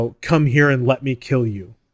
come-here-and-let-me-kill-you